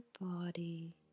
body